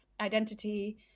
identity